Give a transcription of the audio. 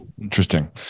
Interesting